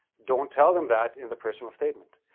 don't tell them that in the personal statement.